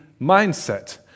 mindset